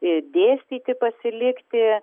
dėstyti pasilikti